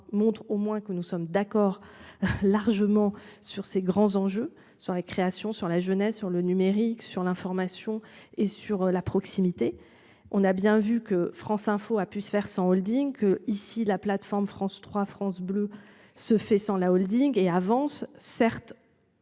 montre au moins que nous sommes d'accord largement sur ses grands enjeux sur les créations sur la jeunesse sur le numérique sur l'information et sur la proximité. On a bien vu que FranceInfo a pu se faire sans Holding ici la plateforme France 3, France Bleu. Ce fait sans la Holding et avance certes.